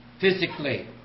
Physically